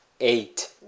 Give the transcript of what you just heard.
eight